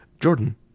Jordan